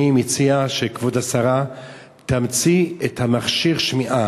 אני מציע שכבוד השרה תמציא את מכשיר השמיעה,